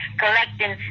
collecting